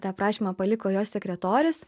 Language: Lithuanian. tą aprašymą paliko jo sekretorius